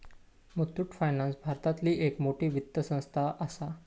Muthoot finance भारतातली एक मोठी वित्त संस्था आसा